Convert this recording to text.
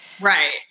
Right